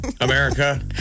America